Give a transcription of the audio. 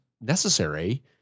necessary